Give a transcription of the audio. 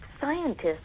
scientists